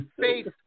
faith